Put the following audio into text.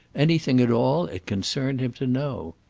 anything at all it concerned him to know.